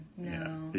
No